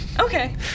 Okay